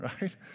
right